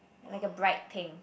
like a bright pink